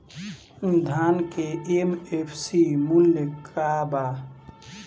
धान के एम.एफ.सी मूल्य का बा?